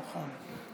נכון.